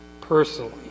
personally